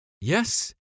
Yes